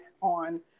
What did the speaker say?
on